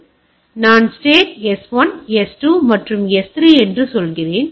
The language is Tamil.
எனவே நான் ஸ்டேட் S1 S2 மற்றும் S3 என்று சொல்கிறேன்